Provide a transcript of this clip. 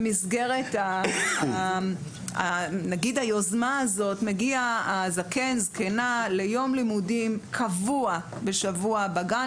במסגרת היוזמה הזאת מגיעים הזקן או הזקנה ליום לימודים קבוע בשבוע בגן.